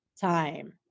time